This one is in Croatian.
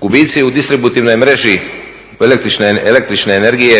Gubici u distributivnoj mreži el.energije